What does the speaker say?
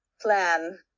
plan